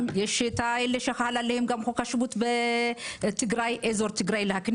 גם יש אלה שחל עליהם חוק השבות באזור טיגריי.